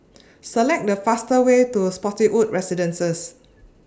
Select The fastest Way to Spottiswoode Residences